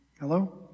Hello